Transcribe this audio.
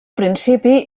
principi